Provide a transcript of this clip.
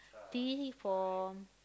T for